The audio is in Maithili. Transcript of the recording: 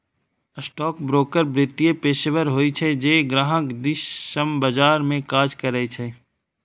स्टॉकब्रोकर वित्तीय पेशेवर होइ छै, जे ग्राहक दिस सं बाजार मे काज करै छै